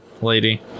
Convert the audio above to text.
lady